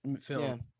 film